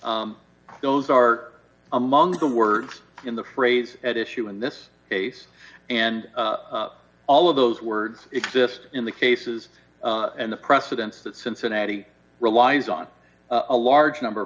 those are among the words in the phrase at issue in this case and all of those words exist in the cases and the precedents that cincinnati relies on a large number